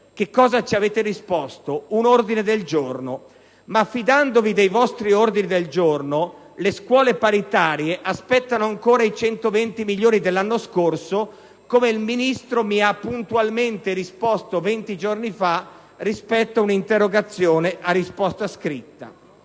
risposto? Ci avete risposto con un ordine del giorno. Ma fidandovi dei vostri ordini del giorno le scuole paritarie aspettano ancora i 120 milioni di euro dell'anno scorso, come il Ministro mi ha puntualmente confermato venti giorni fa rispondendo ad un'interrogazione a risposta scritta.